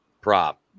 prop